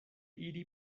iri